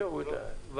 כן הוא יודע בוודאי.